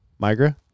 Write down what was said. Migra